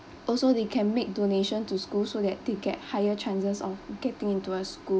also they can make donation to school so that they get higher chances of getting into a school